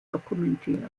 dokumentiert